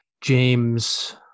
James